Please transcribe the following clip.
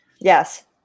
Yes